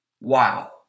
Wow